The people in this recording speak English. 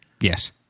Yes